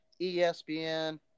ESPN